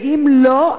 ואם לא,